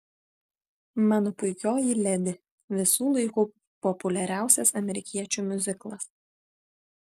mano puikioji ledi visų laikų populiariausias amerikiečių miuziklas